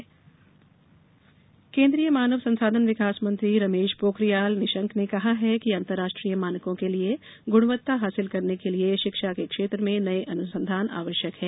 शिक्षा अनुसंधान केन्द्रीय मानव संसाधन विकास मंत्री रमेश पोखरियाल निशंक ने कहा है कि अंतर्राष्ट्रीय मानकों के लिये गुणवत्ता हासिल करने के लिये शिक्षा के क्षेत्र में नये अनुसंधान आवश्यक हैं